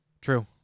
True